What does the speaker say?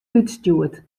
útstjoerd